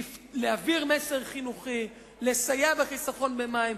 להעביר מסר חינוכי ולסייע בחיסכון במים.